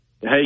Hey